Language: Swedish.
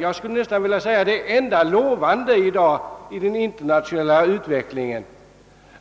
Jag skulle nästan vilja säga att det enda lovande i dag i den internationella utvecklingen